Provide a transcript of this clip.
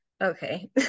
okay